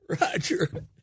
Roger